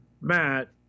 Matt